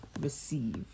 receive